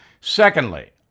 Secondly